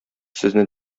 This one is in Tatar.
сезне